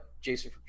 Jason